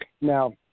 Now